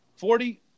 Forty